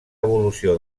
evolució